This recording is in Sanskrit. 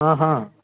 हा हा